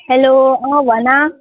hello भन